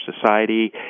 society